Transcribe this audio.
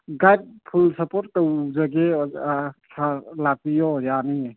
guide full support ꯇꯧꯖꯒꯦ ꯁꯥꯔ ꯂꯥꯛꯄꯤꯌꯣ ꯌꯥꯅꯤꯌꯦ